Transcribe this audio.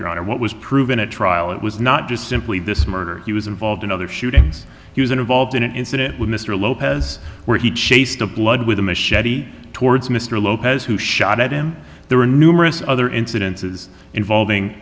honor what was proven at trial it was not just simply this murder he was involved in other shootings he was involved in an incident with mr lopez where he chased a blood with a machete towards mr lopez who shot at him there were numerous other incidences involving